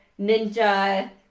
ninja